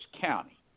county